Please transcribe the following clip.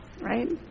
Right